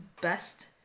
best